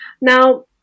Now